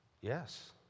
Yes